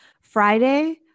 Friday